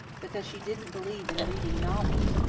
because she didn't believe in reading novels.